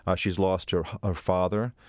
ah she's lost her ah father,